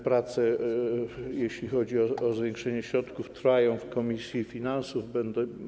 Prace, jeśli chodzi o zwiększenie środków, trwają w Komisji Finansów Publicznych.